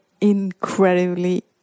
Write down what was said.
incredibly